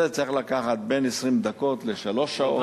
זה צריך לקחת בין 20 דקות לשלוש שעות.